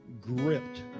gripped